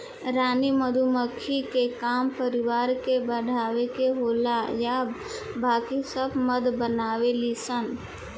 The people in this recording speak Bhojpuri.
रानी मधुमक्खी के काम परिवार के बढ़ावे के होला आ बाकी सब मध बनावे ली सन